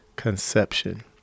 Conception